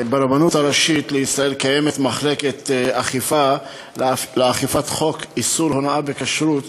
ברבנות הראשית לישראל יש מחלקת אכיפה לאכיפת חוק איסור הונאה בכשרות.